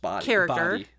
character